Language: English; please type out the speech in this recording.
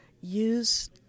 use